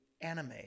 anime